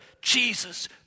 Jesus